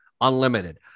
unlimited